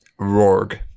Rorg